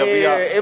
יביע מה שהוא רוצה,